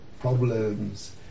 problems